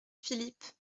philipe